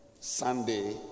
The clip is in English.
Sunday